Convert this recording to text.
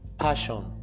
passion